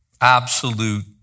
absolute